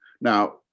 Now